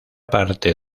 parte